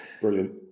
Brilliant